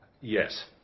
Yes